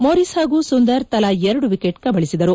Morris ಹಾಗೂ ಸುಂದರ್ ತಲಾ ಎರಡು ವಿಕೆಟ್ ಕಬಳಿಸಿದರು